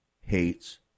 hates